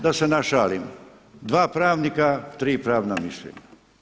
Da se našalim, dva pravnika, tri pravna mišljenja.